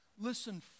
Listen